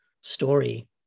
story